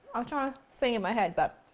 ah trying to sing in my head, but.